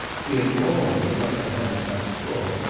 he had always liked to have his house full,